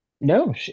no